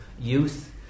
youth